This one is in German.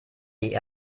die